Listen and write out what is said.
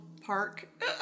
park